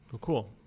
Cool